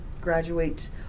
graduate